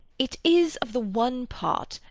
it is, of the one part,